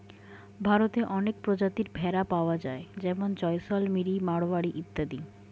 ভারতে অনেক প্রজাতির ভেড়া পাওয়া যায় যেমন জয়সলমিরি, মারোয়ারি ইত্যাদি